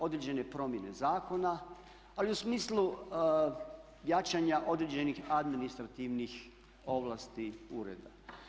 Određene promjene zakona ali u smislu jačanja određenih administrativnih ovlasti ureda.